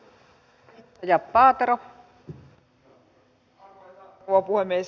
arvoisa rouva puhemies